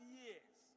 years